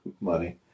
Money